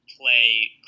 play